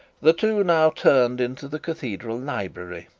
the two now turned into the cathedral library,